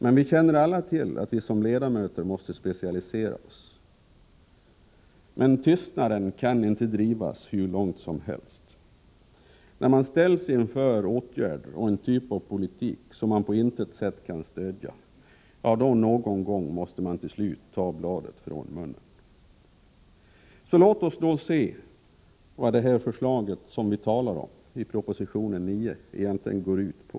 Men vi känner alla till att vi som ledamöter måste specialisera oss. Tystnaden kan dock inte drivas hur långt som helst. När man ställs inför åtgärder och en typ av politik som man på intet sätt kan stödja, då måste man till slut ta bladet från munnen. Låt oss då se vad förslaget i proposition nr 9 egentligen går ut på.